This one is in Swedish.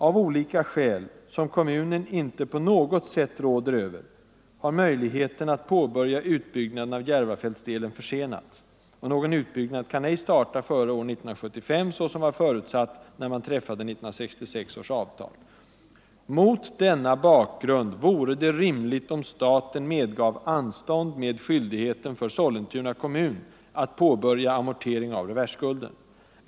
Av olika skäl, som kommunen inte på något sätt råder över, har möjligheten att påbörja utbyggnaden av Järvafältsdelen försenats och någon utbyggnad kan ej starta före år 1975 såsom var förutsatt när man träffade 1966 års avtal. Mot denna bakgrund vore det rimligt om staten medgav anstånd med skyldigheten för Sollentuna kommun att påbörja amortering av reversskulden.